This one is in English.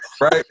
right